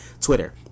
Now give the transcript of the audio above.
twitter